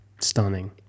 stunning